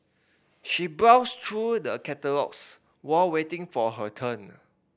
she browsed through the catalogues while waiting for her turn